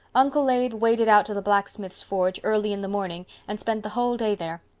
uncle abe waded out to the blacksmith's forge early in the morning and spent the whole day there.